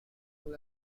cool